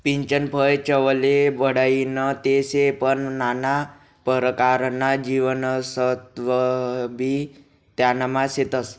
पीचनं फय चवले बढाईनं ते शे पन नाना परकारना जीवनसत्वबी त्यानामा शेतस